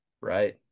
right